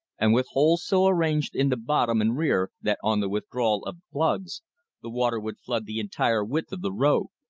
and with holes so arranged in the bottom and rear that on the withdrawal of plugs the water would flood the entire width of the road.